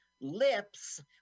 Lips